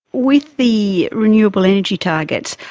with the renewable energy targets,